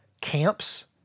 camps